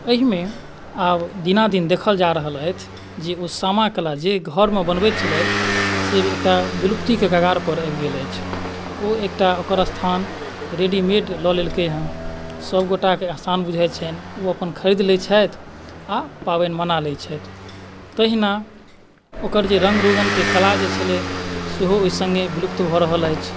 एहिमे आब दिनादिन देखल जा रहल अछि जे ओ सामा कला जे ओ घरमे बनबै छलथि से एकटा विलुप्तिके कगारपर आबि गेल अछि ओ एकटा ओकर स्थान एकटा रेडीमेड लऽ लेलकै हेँ सभ गोटएके आसान बुझाइत छैन्ह ओ अपन खरीद लैत छथि आ पाबनि मना लैत छथि तहिना ओकर जे रङ्ग रोगनके कला जे छलै सेहो ओहि सङ्गे विलुप्त भऽ रहल अछि